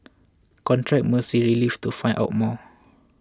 contact Mercy Relief to find out more